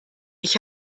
ich